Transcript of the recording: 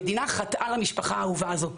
המדינה חטאה למשפחה האהובה הזו,